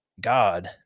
God